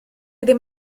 ddim